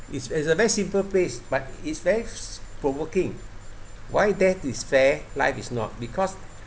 it's a very simple phrase but it's very provoking why death is fair life is not because